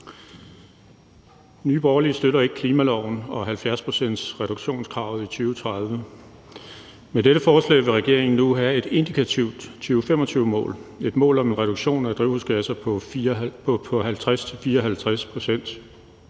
Nye Borgerlige støtter ikke klimaloven og 70-procentsreduktionskravet i 2030. Med dette forslag vil regeringen nu have et indikativt 2025-mål – et mål om en reduktion af drivhusgasser på 50-54